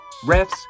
Refs